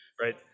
Right